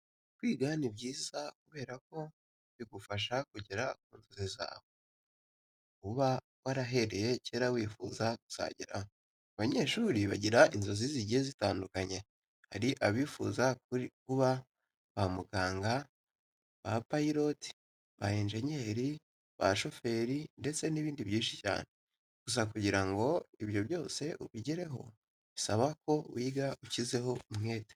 Kwiga ni byiza kubera ko bigufasha kugera ku nzozi zawe uba warahereye kera wifuza kuzageraho. Abanyeshuri bagira inzozi zigiye zitandukanye, hari abifuza kuba ba muganga, ba payiroti, ba enjenyeri, ba shoferi ndetse n'ibindi byinshi cyane. Gusa kugira ngo ibyo byose ubigereho bisaba ko wiga ushyizeho umwete.